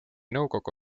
nõukogu